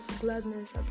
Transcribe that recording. gladness